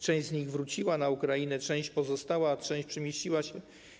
Część z nich wróciła na Ukrainę, część pozostała, a część przemieściła się.